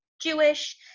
Jewish